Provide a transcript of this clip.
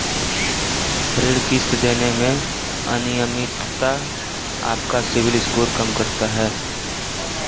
ऋण किश्त देने में अनियमितता आपका सिबिल स्कोर कम करता है